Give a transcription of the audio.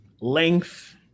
length